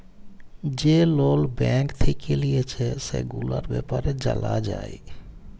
যে লল ব্যাঙ্ক থেক্যে লিয়েছে, সেগুলার ব্যাপারে জালা যায়